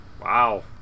Wow